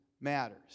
matters